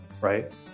right